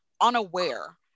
unaware